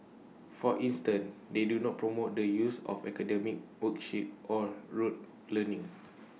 for instance they do not promote the use of academic worksheets or rote learning